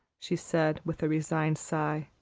she said, with a resigned sigh,